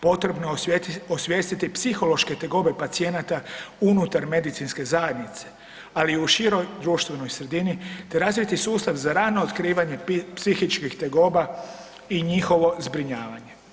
Potrebno je osvijestiti psihološke tegobe pacijenata unutar medicinske zajednice, ali i u široj društvenoj sredini, te razviti sustav za rano otkrivanje psihičkih tegoba i njihovih zbrinjavanje.